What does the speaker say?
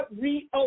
reopen